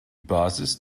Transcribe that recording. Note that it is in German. basis